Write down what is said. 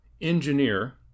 engineer